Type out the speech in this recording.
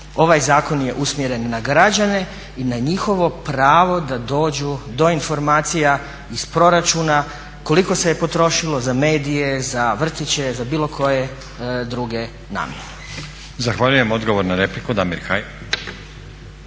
ovaj zakon je usmjeren na građane i na njihovo pravo da dođu do informacija iz proračuna, koliko se je potrošilo za medije, za vrtiće, za bilo koje druge namjene. **Stazić, Nenad (SDP)** Zahvaljujem. Odgovor na repliku, Damir Kajin.